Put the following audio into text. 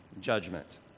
judgment